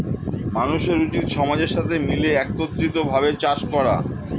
মানুষের উচিত সমাজের সাথে মিলে একত্রিত ভাবে চাষ করা